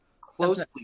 closely